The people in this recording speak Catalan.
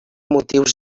motius